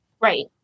Right